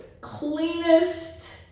Cleanest